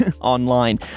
online